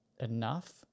enough